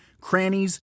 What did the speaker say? crannies